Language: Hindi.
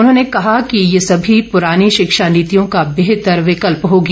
उन्होंने कहा है कि यह सभी प्रानी शिक्षा नीतियों का बेहतर विकल्प होगी